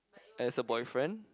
as a boyfriend